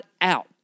out